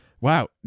Wow